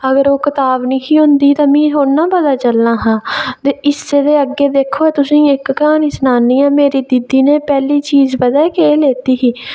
अगर ओह् कताब निं ही होंदी ते मिगी थोह्ड़े ना पता चलना हा ते इसदे अग्गें दिक्खो तुसें गी इक क्हानी सनान्नी आं मेरी दीदी नै पैह्ली चीज पता केह् लैती ही